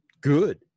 good